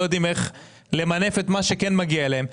יודעים איך למנף את מה שכן מגיע להם.